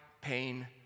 pain